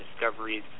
discoveries